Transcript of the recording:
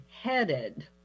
headed